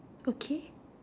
okay